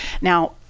Now